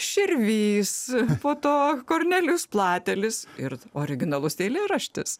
širvys po to kornelijus platelis ir originalus eilėraštis